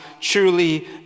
truly